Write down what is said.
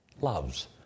loves